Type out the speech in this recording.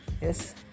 Yes